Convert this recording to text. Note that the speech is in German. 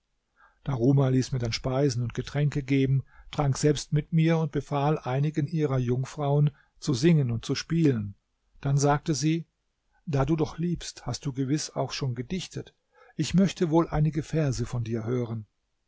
daruma ließ mir dann speisen und getränke geben trank selbst mit mir und befahl einigen ihrer jungfrauen zu singen und zu spielen dann sagte sie da du doch liebst hast du gewiß auch schon gedichtet ich möchte wohl einige verse von dir hören